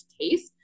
taste